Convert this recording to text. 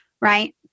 Right